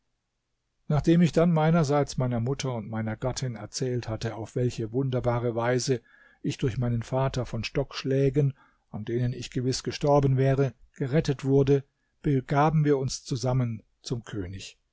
nachdem ich dann meinerseits meiner mutter und meiner gattin erzählt hatte auf welche wunderbare weise ich durch meinen vater von stockschlägen an denen ich gewiß gestorben wäre gerettet wurde begaben wir uns zusammen zum könig